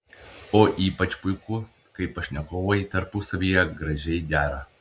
o ypač puiku kai pašnekovai tarpusavyje gražiai dera